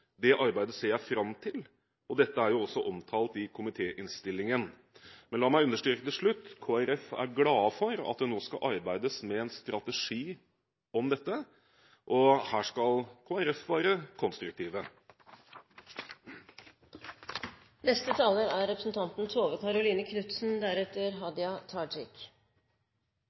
Det arbeidet ser jeg fram til. Dette er jo også omtalt i komitéinnstillingen. Men la meg understreke til slutt: Kristelig Folkeparti er glad for at det nå skal arbeides med en strategi for dette, og her skal vi i Kristelig Folkeparti være konstruktive. Først vil jeg si at det er